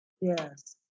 Yes